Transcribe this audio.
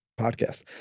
podcast